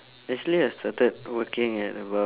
actually I started working at about